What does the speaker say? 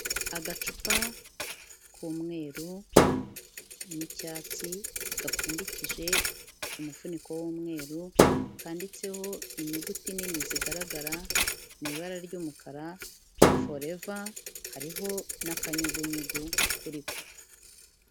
Agacupa k'umweru n'icyatsi gapfundikije umufuniko w'umweru, kanditseho inyuguti nini zigaragara mu ibara ry'umukara FOREVER, hariho n'akanyugunyugu kuri ko.